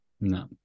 No